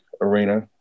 arena